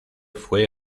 fue